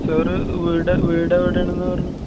sir വീട് വീട് എവിടെയാണെന്നാണ് പറഞ്ഞത്